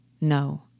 no